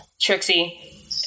Trixie